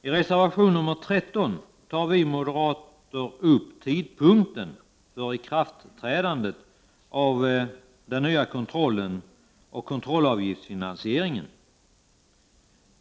I reservation nr 13 tar vi moderater upp tidpunkten för ikraftträdandet av den nya kontrollen och kontrollavgiftsfinansieringen.